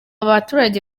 baturage